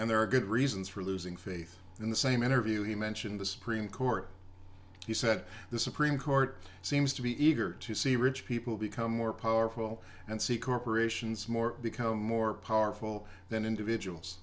and there are good reasons for losing faith in the same interview he mentioned the supreme court he said the supreme court seems to be eager to see rich people become more powerful and see corporations more become more powerful than individuals